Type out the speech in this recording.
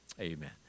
Amen